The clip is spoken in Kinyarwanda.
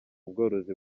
ubworozi